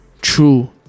true